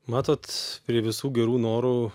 matot prie visų gerų norų